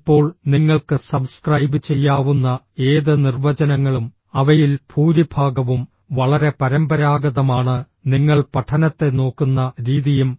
ഇപ്പോൾ നിങ്ങൾക്ക് സബ്സ്ക്രൈബ് ചെയ്യാവുന്ന ഏത് നിർവചനങ്ങളും അവയിൽ ഭൂരിഭാഗവും വളരെ പരമ്പരാഗതമാണ് നിങ്ങൾ പഠനത്തെ നോക്കുന്ന രീതിയും